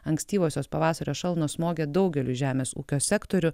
ankstyvosios pavasario šalnos smogė daugeliui žemės ūkio sektorių